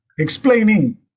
explaining